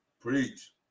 Preach